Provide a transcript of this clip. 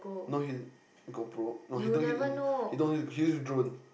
no his go pro no he don't us he don't use he use drone